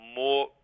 more